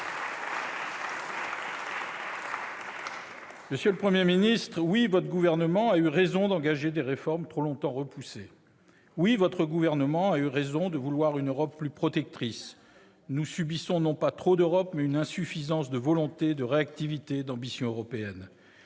Monsieur le Premier ministre, oui, votre gouvernement a eu raison d'engager des réformes trop longtemps repoussées. Oui, votre gouvernement a raison de vouloir une Europe plus protectrice. Nous subissons non pas trop d'Europe, mais une insuffisance de volonté, de réactivité et d'ambition européennes.